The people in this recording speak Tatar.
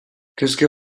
көзге